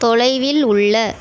தொலைவில் உள்ள